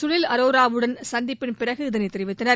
சுனில் அரோராவுடனான சந்திப்பின்போது இதனைத் தெரிவித்தனர்